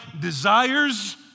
desires